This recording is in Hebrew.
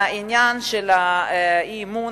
לעניין האי-אמון,